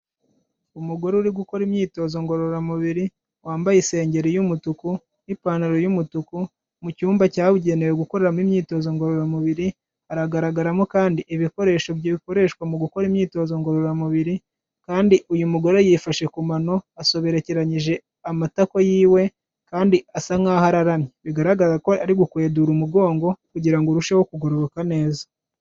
Umugore uri gukora imyitozo ngororamubiri, wambaye isengeri y'umutuku n'ipantaro y'umutuku, mu cyumba cyabugenewe gukoreramo imyitozo ngororamubiri, haragaragaramo kandi ibikoresho bikoreshwa mu gukora imyitozo ngororamubiri kandi uyu mugore yifashe ku mano, asoberekeranyije amatako yiwe kandi asa nk'aho araramye bigaragara ko ari gukwedura umugongo kugira ngo urusheho kugororoka neza.